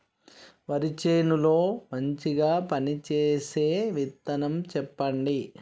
వరి చేను లో మంచిగా పనిచేసే విత్తనం చెప్పండి?